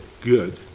good